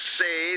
say